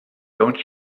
don’t